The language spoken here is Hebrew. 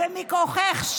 ומכוחך,